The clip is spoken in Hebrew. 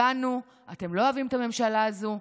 הבנו, אתם לא אוהבים את הממשלה הזאת.